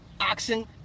oxen